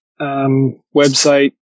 website